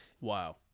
wow